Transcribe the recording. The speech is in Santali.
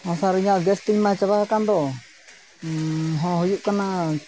ᱦᱮᱸ ᱥᱟᱨ ᱤᱧᱟᱹᱜ ᱜᱮᱥᱛᱤᱧ ᱢᱟ ᱪᱟᱵᱟ ᱟᱠᱟᱱ ᱫᱚ ᱦᱚᱸ ᱦᱩᱭᱩᱜ ᱠᱟᱱᱟ